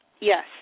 Yes